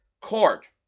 court